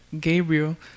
Gabriel